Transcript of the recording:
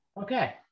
okay